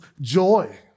joy